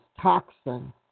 toxin